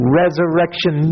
resurrection